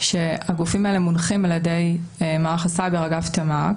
שהגופים האלה מונחים על ידי מערך הסייבר אגף תמ"ק,